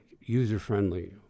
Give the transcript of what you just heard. user-friendly